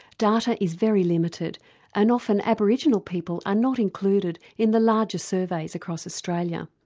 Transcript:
data is very limited and often aboriginal people are not included in the larger surveys across australia.